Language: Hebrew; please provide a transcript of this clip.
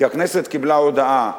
כי הכנסת קיבלה הודעה,